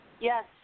Yes